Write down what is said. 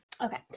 Okay